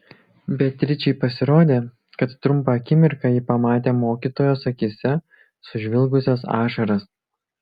beatričei pasirodė kad trumpą akimirką ji pamatė mokytojos akyse sužvilgusias ašaras